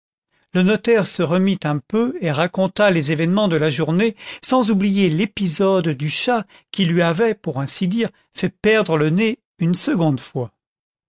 le notaire se remit un peu et raconta les événements de la journée sans oublier l'épisode du chat qui lui avait pour ainsi dire fait perdre le nez une seconde fois